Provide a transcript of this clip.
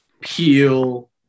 peel